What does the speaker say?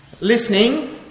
listening